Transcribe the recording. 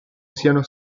siano